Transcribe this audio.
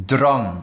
Drang